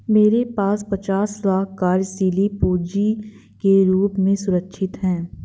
मेरे पास पचास लाख कार्यशील पूँजी के रूप में सुरक्षित हैं